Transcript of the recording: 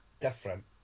different